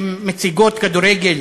הן מציגות כדורגל